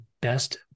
best